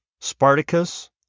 Spartacus